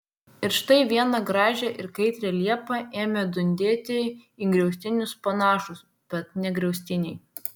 ir štai vieną gražią ir kaitrią liepą ėmė dundėti į griaustinius panašūs bet ne griaustiniai